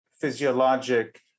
physiologic